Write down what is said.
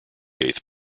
eighth